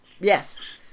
Yes